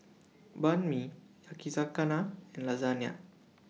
Banh MI Yakizakana and Lasagne